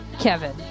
Kevin